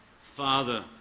Father